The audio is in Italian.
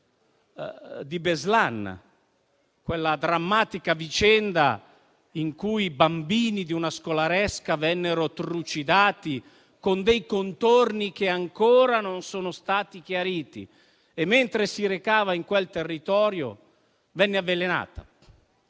di Beslan, quella drammatica vicenda in cui i bambini di una scolaresca vennero trucidati, con contorni ancora oggi non chiariti. Mentre si recava in quel territorio, venne avvelenata.